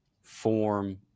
form